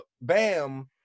bam